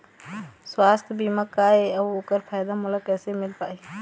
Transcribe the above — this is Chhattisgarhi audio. सुवास्थ बीमा का ए अउ ओकर फायदा मोला कैसे मिल पाही?